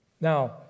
Now